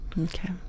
Okay